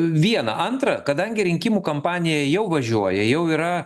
viena antra kadangi rinkimų kampanija jau važiuoja jau yra